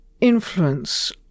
influence